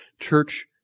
church